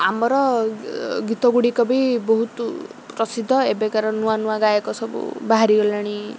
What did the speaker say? ଆମର ଗୀତ ଗୁଡ଼ିକ ବି ବହୁତ ପ୍ରସିଦ୍ଧ ଏବେକାର ନୂଆ ନୂଆ ଗାୟକ ସବୁ ବାହାରି ଗଲେଣି